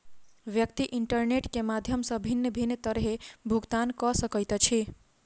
व्यक्ति इंटरनेट के माध्यम सॅ भिन्न भिन्न तरहेँ भुगतान कअ सकैत अछि